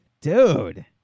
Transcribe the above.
Dude